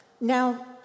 Now